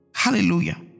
hallelujah